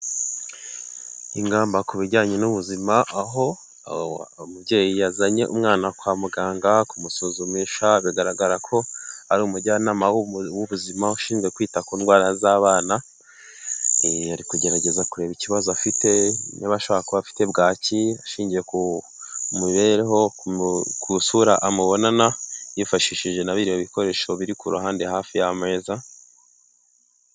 Ingamba ku bijyanye n'ubuzima aho umubyeyi yazanye umwana kwa muganga kumusuzumisha bigaragara ko ari umujyanama w'ubuzima ushinzwe kwita ku ndwara z'abana, ari kugerageza kureba ikibazo afite niba ashobora kuba afite bwaki ashingiye ku mibereho ku isura amubonana yifashishije na biriya ibikoresho biri ku ruhande hafi y'ameza.